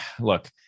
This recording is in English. look